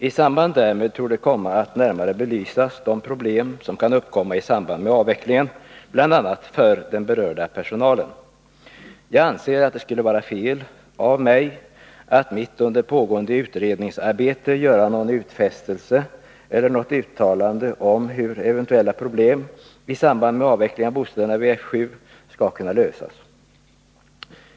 I samband därmed torde komma att närmare belysas de problem som kan uppkomma i samband med avvecklingen bl.a. för den berörda personalen. Jag anser att det skulle vara fel av mig att mitt under pågående utredningsarbete göra någon utfästelse eller något uttalande om hur eventuella problem i samband med avveckling av bostäderna vid F 7 skall kunna lösas.